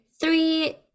three